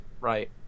right